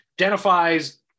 Identifies